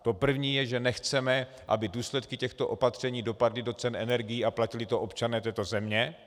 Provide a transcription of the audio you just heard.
To první je, že nechceme, aby důsledky těchto opatření dopadly do cen energií a platili to občané této země.